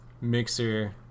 mixer